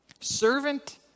Servant